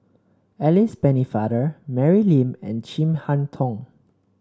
Alice Pennefather Mary Lim and Chin Harn Tong